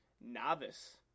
novice